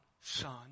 son